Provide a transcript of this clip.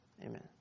Amen